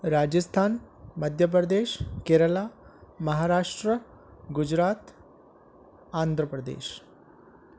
Rajasthan Madhya Pradesh Kerala Maharashtra Gujarat Andhra Pradesh